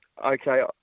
Okay